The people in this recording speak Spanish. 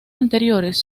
anteriores